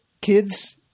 Kids